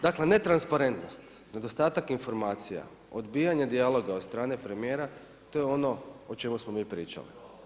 Dakle netransparentnost, nedostatak informacija, odbijanje dijaloga od strane premijera to je ono o čemu smo mi pričali.